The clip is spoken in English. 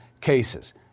cases